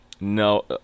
No